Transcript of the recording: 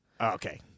Okay